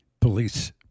police